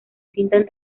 cintas